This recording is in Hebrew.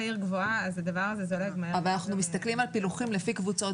מדי בוקר אנחנו מסתכלים על פילוחים לפי קבוצות